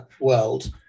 world